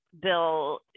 bill